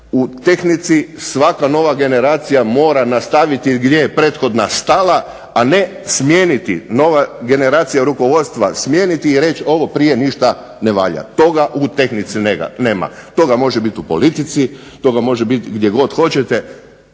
U tehnici svaka nova generacija mora nastaviti gdje je prethodna stala, a ne smijeniti, nova generacija rukovodstva smijeniti i reći ovo prije ništa ne valja. Toga u tehnici nema. Toga može biti u politici, toga može biti gdje god hoćete.